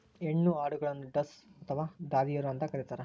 ಹೆಣ್ಣು ಆಡುಗಳನ್ನು ಡಸ್ ಅಥವಾ ದಾದಿಯರು ಅಂತ ಕರೀತಾರ